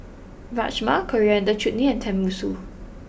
Rajma Coriander Chutney and Tenmusu